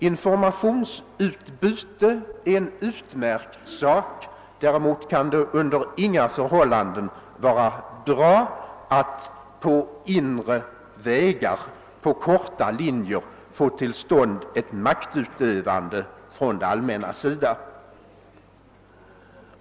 Informationsutbyte är en utmärkt sak, däremot kan det under inga förhållanden vara bra att på inre vägar, på korta linjer, få till stånd maktutövande från det allmännas sida.